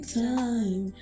time